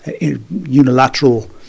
unilateral